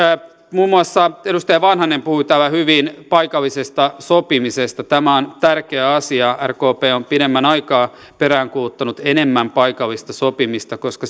muun muassa edustaja vanhanen puhui täällä hyvin paikallisesta sopimisesta tämä on tärkeä asia rkp on pidemmän aikaa peräänkuuluttanut enemmän paikallista sopimista koska